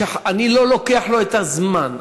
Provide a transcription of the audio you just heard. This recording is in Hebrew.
שאני לא לוקח לו את הזמן,